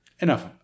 enough